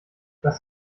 was